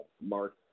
Mark